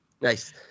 nice